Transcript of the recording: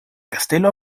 kastelo